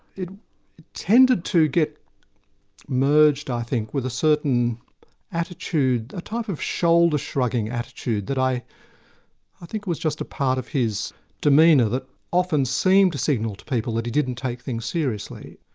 it tended to get merged i think with a certain attitude, a type of shoulder-shrugging attitude that i i think was just a part of his demeanour that often seemed to signal to people that he didn't take things seriously.